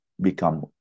become